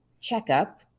checkup